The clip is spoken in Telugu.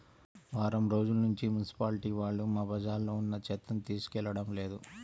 వారం రోజుల్నుంచి మున్సిపాలిటీ వాళ్ళు మా బజార్లో ఉన్న చెత్తని తీసుకెళ్లడం లేదు